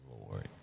lord